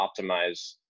optimize